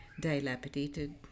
dilapidated